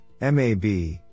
MAB